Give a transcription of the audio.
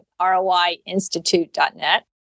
roiinstitute.net